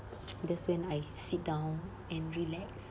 that's when I sit down and relax